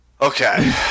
okay